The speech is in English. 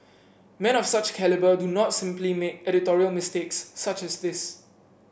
men of such calibre do not simply make editorial mistakes such as this